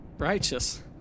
Righteous